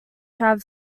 have